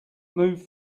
move